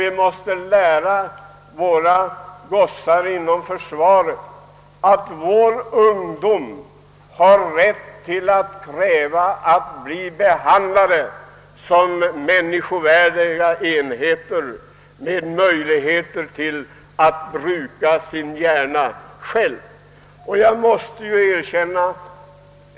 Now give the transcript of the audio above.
Vi måste lära våra gossar inom försvaret att våra ungdomar har rätt att kräva att bli behandlade som människovärdiga enheter med möjligheter att bruka sin hjärna själva.